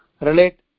relate